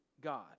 God